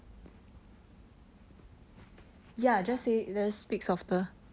ya just say it just speak softer